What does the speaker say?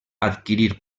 adquirir